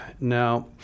Now